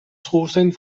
schoorsteen